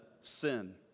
sin